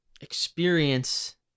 Experience